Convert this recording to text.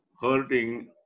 hurting